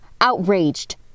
outraged